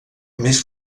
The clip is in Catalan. més